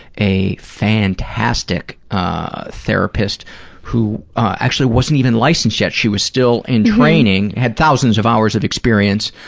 a fantastic ah therapist who actually wasn't even licensed yet. she was still in training, had thousands of hours of experience,